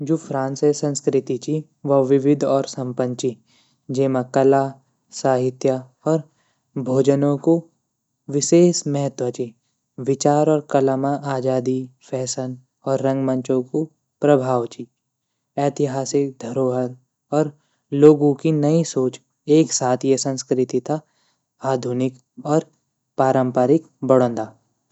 जू फ़्रांसे संस्कृति ची व कला, फैशन, और भोजन ना ले प्रसिद्ध ची यखे गी गुड साहितिक परंपरा और कुकिंग कला येता ख़ास बणोदा जू फ़्रांसी ल्वोग वंदा उ जीवन म आनंद लयोंण म विश्वास राखदा।